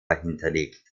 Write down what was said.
hinterlegt